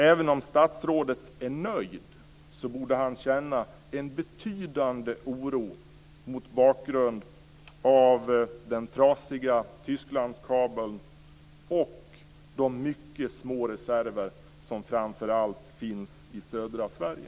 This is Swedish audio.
Även om statsrådet är nöjd borde han känna en betydande oro mot bakgrund av den trasiga Tysklandskabeln och de mycket små reserverna, framför allt i södra Sverige.